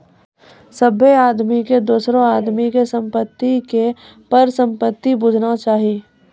सभ्भे आदमी के दोसरो आदमी के संपत्ति के परसंपत्ति बुझना चाही